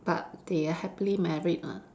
but they are happily married ah